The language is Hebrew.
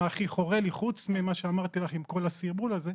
מה הכי חורה לי חוץ ממה שאמרתי לך עם כל הסרבול הזה,